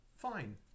fine